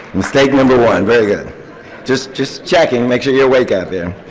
mistake number one. very good. just just checking making you're awake out there.